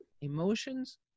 emotions